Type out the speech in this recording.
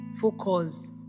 focus